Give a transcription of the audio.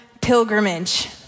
pilgrimage